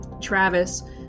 Travis